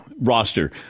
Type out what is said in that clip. roster